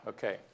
Okay